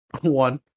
One